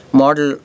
model